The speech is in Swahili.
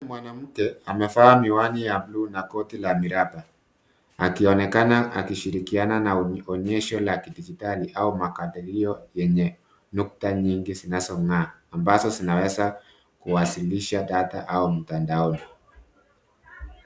Mwanamke amevaa miwani ya bluu na koti la miraba. Akionekana akishirikiana na onyesho la kidigitali au makadhirio yenye nukta nyingi zinazo ngaa ambazo zinaweza kuwasilisha data au mtaoni.